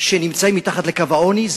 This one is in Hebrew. שנמצאים מתחת לקו העוני,